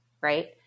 right